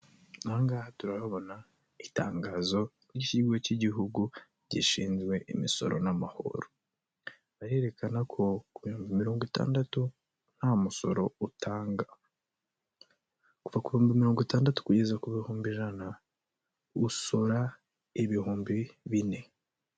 Aha angaha turahabona itangazo ry'ikigo cy'Igihugu gishinzwe imisoro n'amahoro. Barerekana ko ku bihumbi mirongo itandatu nta musoro utanga. Kuva ku bihumbi mirongo itandatu kugeza ku bihumbi ijana usora ibihumbi bine.